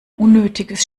unnötiges